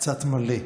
קצת מלא.